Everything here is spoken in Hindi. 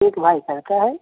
एक भाई सरकर है